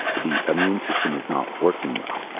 the immune system is not working well.